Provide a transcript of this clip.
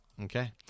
Okay